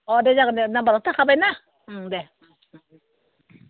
अ दे जागोन दे नामबाराथ' थाखाबायना दे